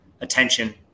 attention –